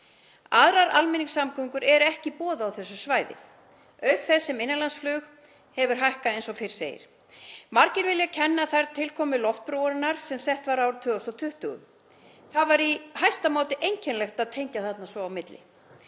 Aðrar almenningssamgöngur eru ekki í boði á þessu svæði auk þess sem verð í innanlandsflug hefur hækkað eins og fyrr segir. Margir vilja kenna þar um tilkomu Loftbrúarinnar sem sett var á fót árið 2020. Það væri í hæsta máta einkennilegt að tengja þarna á milli.